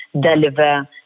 deliver